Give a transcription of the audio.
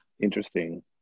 interesting